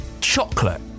chocolate